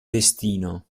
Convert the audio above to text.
destino